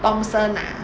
thomson ah